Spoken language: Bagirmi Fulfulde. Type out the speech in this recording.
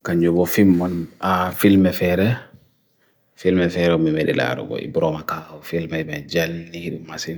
Can you go film on, ah, film me fere, film me fere o mimele laro go ibroma kao, film me benjel nihiru masin.